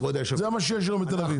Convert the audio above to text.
זה מה שיש היום בתל אביב.